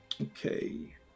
okay